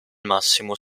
massimo